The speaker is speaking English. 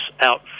out